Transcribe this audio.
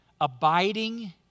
abiding